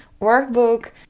workbook